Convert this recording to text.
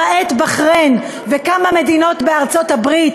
למעט בחריין וכמה מדינות בארצות-הברית,